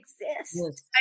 exist